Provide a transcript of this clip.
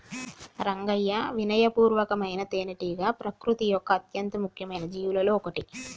రంగయ్యా వినయ పూర్వకమైన తేనెటీగ ప్రకృతి యొక్క అత్యంత ముఖ్యమైన జీవులలో ఒకటి